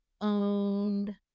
owned